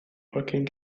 working